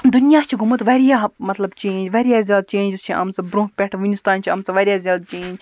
دُنیا چھُ گوٚمُت واریاہ مطلب چینٛج واریاہ زیادٕ چینٛجٕس چھِ آمژٕ برٛونٛہہ پٮ۪ٹھ وٕنیُس تانۍ چھِ آمژٕ واریاہ زیادٕ چینٛج